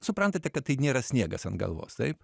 suprantate kad tai nėra sniegas ant galvos taip